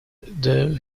though